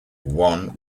one